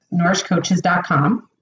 nourishcoaches.com